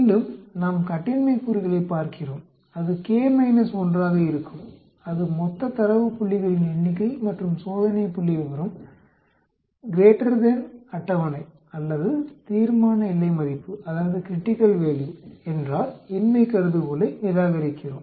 மீண்டும் நாம் கட்டின்மை கூறுகளைப் பார்க்கிறோம் அது K 1 ஆக இருக்கும் அது மொத்த தரவு புள்ளிகளின் எண்ணிக்கை மற்றும் சோதனை புள்ளிவிவரம் அட்டவணை அல்லது தீர்மான எல்லை மதிப்பு என்றால் இன்மை கருதுகோளை நிராகரிக்கிறோம்